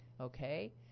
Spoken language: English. Okay